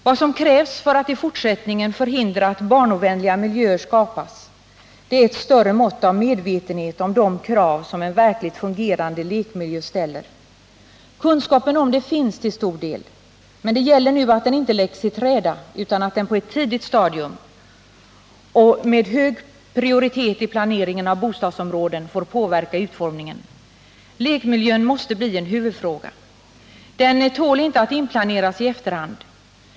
Vad som krävs för att i fortsättningen förhindra att barnovänliga miljöer skapas är ett större mått av medvetenhet om de krav som en verkligt fungerande lekmi iller. Kunskapen därom finns till stor del. Det gäller nu att den inte läggs i träda utan på ett tidigt stadium och med hög prioritet i planeringen av bostadsområden får påverka utformningen. Lekmiljön måste bli en huvudfråga. Den tål inte att inplaneras i efterhand.